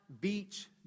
Beach